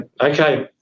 Okay